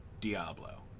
Diablo